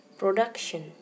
production